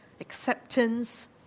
acceptance